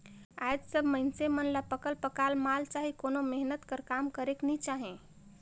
आएज सब मइनसे मन ल पकल पकाल माल चाही कोनो मेहनत कर काम करेक नी चाहे